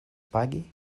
pagi